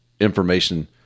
information